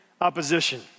opposition